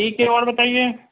ٹھیک ہے اور بتائیے